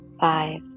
five